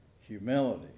humility